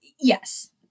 Yes